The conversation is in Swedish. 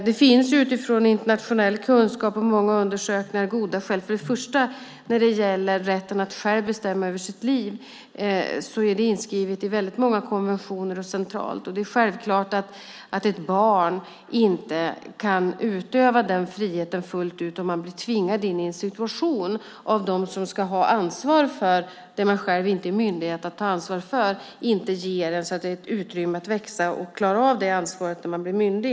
Det finns utifrån internationell kunskap och många undersökningar goda skäl för det. För det första är rätten att själv bestämma över sitt liv inskriven i väldigt många konventioner. Det är självklart att barn inte kan utöva den friheten fullt ut om de blir tvingade in i en situation av dem som ska ha ansvar för det som de själva inte är myndiga att ta ansvar för. Det ger inte utrymme att växa och klara av det ansvaret som myndig.